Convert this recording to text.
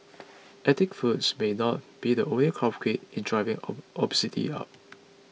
ethnic foods may not be the only culprit in driving obesity up